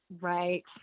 Right